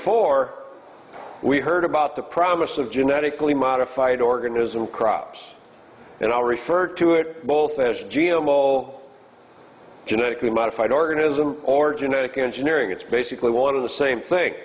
four we heard about the promise of genetically modified organism crops and i referred to it both as g m o genetically modified organism or genetic engineering it's basically wanted the same thing